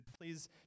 Please